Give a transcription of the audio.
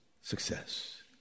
success